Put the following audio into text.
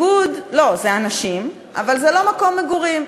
לא, זה אנשים, אבל זה לא מקום מגורים.